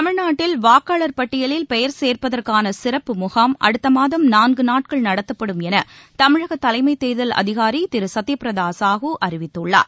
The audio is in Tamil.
தமிழ்நாட்டில் வாக்காளர் பட்டியலில் பெயர் சேர்ப்பதற்கான சிறப்பு முகாம் அடுத்தமாதம் நான்கு நாட்கள் நடத்தப்படும் என தமிழகத் தலைமைத் தேர்தல் அதிகாரி திரு சத்ய பிரத சாஹூ அறிவித்துள்ளார்